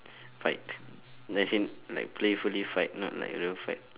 fight as in like playfully fight not like real fight